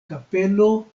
kapelo